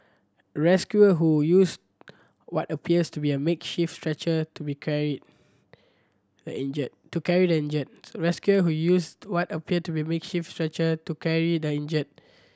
rescuer who used what appears to be a makeshift stretcher to be carry the injured to carry the injured rescuer who used what appeared to be makeshift stretcher to carry the injured